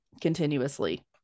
continuously